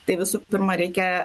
tai visų pirma reikia